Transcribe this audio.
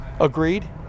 Agreed